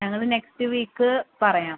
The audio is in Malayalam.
ഞങ്ങള് നെക്സ്റ്റ് വീക്ക് പറയാം